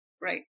Right